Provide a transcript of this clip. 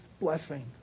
blessing